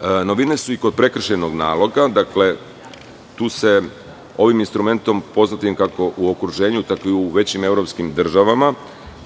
sud. Novine su i kod prekršajnog naloga, tu se ovim instrumentom, kako u okruženju, tako i u većim evropskim državama,